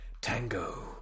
Tango